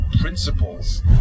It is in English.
principles